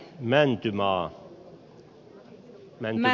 me ilkka kanervan